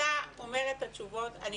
אתה אומר את התשובות.